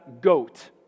goat